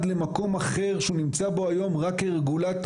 למקום אחר מאשר הוא נמצא בו היום רק כרגולטור,